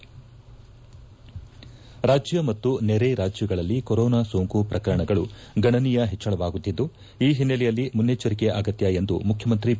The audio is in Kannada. ಮುಖ್ಯಾಂಶ ರಾಜ್ಯ ಮತ್ತು ನೆರೆ ರಾಜ್ಯಗಳಲ್ಲಿ ಕೊರೋನಾ ಸೋಂಕು ಪ್ರಕರಣಗಳು ಗಣನೀಯ ಹೆಚ್ಚಳವಾಗುತ್ತಿದ್ದು ಈ ಹಿನ್ನೆಲೆಯಲ್ಲಿ ಮುನ್ನೆಚ್ಚರಿಕೆ ಅಗತ್ಯ ಎಂದು ಮುಖ್ಯಮಂತ್ರಿ ಬಿ